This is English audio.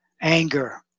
anger